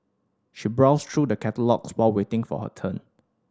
she browsed through the catalogues while waiting for her turn